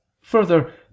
Further